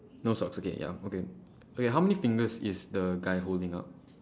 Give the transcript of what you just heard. no socks okay ya okay okay how many fingers is the guy holding up